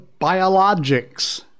biologics